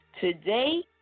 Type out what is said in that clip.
Today